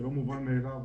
זה לא מובן מאליו,